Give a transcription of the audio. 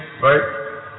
right